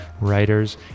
writers